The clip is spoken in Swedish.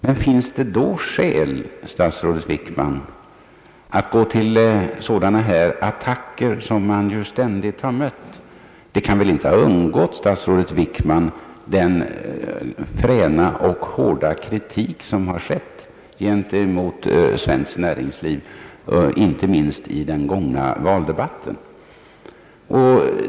Men finns det då skäl, statsrådet Wickman, till sådana här attacker som vi ständigt har mött? Den fräna och hårda kritik som har förekommit mot svenskt näringsliv, inte minst under valdebatten, kan väl inte ha undgått statsrådet Wickman.